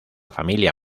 familia